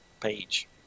page